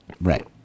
Right